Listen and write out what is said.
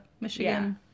Michigan